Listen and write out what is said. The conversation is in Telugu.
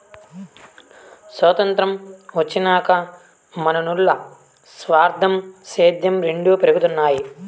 సొతంత్రం వచ్చినాక మనునుల్ల స్వార్థం, సేద్యం రెండు పెరగతన్నాయి